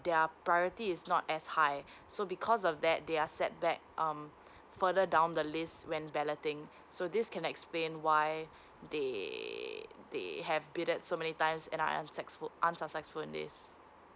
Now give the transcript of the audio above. their priority is not as high so because of that they are set back um further down the list when balloting so this can explain why they they have bidded so many times and unsuccess~ unsuccessful in this